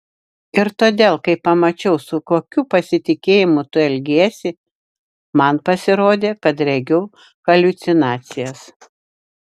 ir todėl kai pamačiau su kokiu pasitikėjimu tu elgiesi man pasirodė kad regiu haliucinacijas